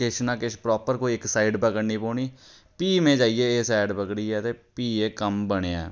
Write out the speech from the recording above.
किश न किश प्रापर कोई इक साइड पकड़नी पौनी फ्ही में जाइयै इस सैड पगड़ियै ते फ्ही एह् कम्म बनेआ